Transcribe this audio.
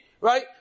Right